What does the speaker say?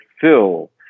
fill